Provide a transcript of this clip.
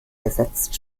gesetzt